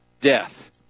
death